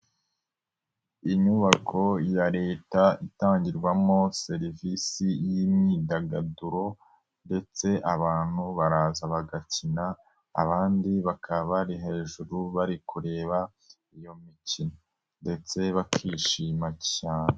Inyubako ya Leta itangirwamo serivisi y'imyidagaduro ndetse abantu baraza bagakina abandi bakaba bari hejuru bari kureba iyo mikino ndetse bakishima cyane.